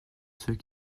ceux